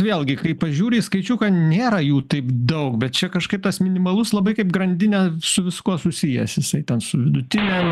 vėlgi kai pažiūri į skaičiuką nėra jų taip daug bet čia kažkaip tas minimalus labai kaip grandinė su viskuo susijęs ten su vidutine